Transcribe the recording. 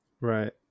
Right